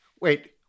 Wait